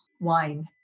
Wine